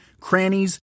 crannies